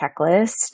checklist